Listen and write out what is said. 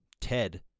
Ted